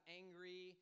angry